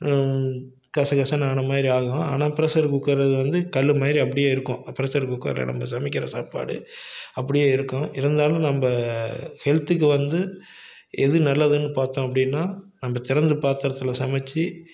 கச கசன்னு ஆன மாதிரி ஆகும் ஆனால் பெரஷர் குக்கர் அது வந்து கல் மாதிரி அப்படியே இருக்கும் பெரஷர் குக்கரில் நம்ம சமைக்கிற சாப்பாடு அப்படியே இருக்கும் இருந்தாலும் நம்ம ஹெல்த்துக்கு வந்து எது நல்லதுன்னு பார்த்தோம் அப்படின்னா நம்ம திறந்த பாத்திரத்தில் சமைத்து